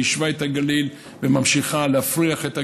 יישבה את הגליל וממשיכה להפריח את הגליל.